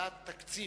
ועדת תקציב,